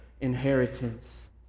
inheritance